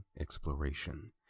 exploration